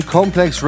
Complex